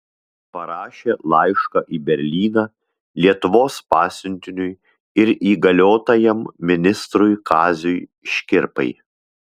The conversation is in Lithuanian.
parašė laišką į berlyną lietuvos pasiuntiniui ir įgaliotajam ministrui kaziui škirpai